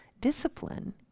Discipline